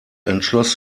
entschloss